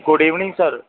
good evening sir